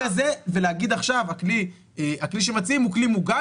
ולהגיד עכשיו שהכלי שמציעים הוא כלי מוגן